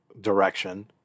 direction